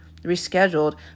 rescheduled